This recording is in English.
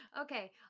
okay